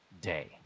day